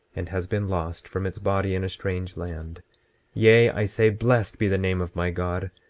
and has been lost from its body in a strange land yea, i say, blessed be the name of my god,